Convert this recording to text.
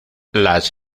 las